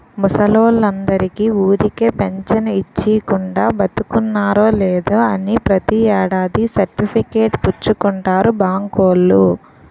ముసలోల్లందరికీ ఊరికే పెంచను ఇచ్చీకుండా, బతికున్నారో లేదో అని ప్రతి ఏడాది సర్టిఫికేట్ పుచ్చుకుంటారు బాంకోల్లు